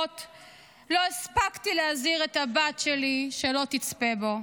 לא הספקתי להזהיר את הבת שלי שלא תצפה בו.